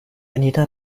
anita